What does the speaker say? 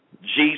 Jesus